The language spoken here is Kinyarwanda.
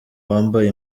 wambaye